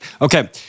Okay